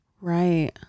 right